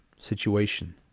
situation